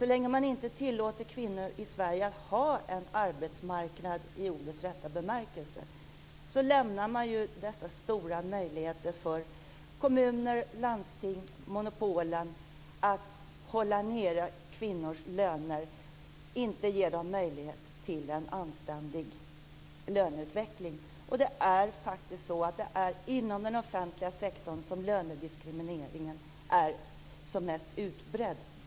Så länge man inte tillåter kvinnor i Sverige att ha en arbetsmarknad i ordets rätta bemärkelse, lämnar man dessa stora möjligheter för kommuner, landsting, monopolen, att hålla ned kvinnors löner och inte ge dem möjlighet till en anständig löneutveckling. Det är inom den offentliga sektorn som lönediskrimineringen är som mest utbredd.